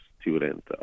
student